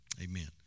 amen